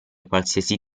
qualsiasi